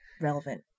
relevant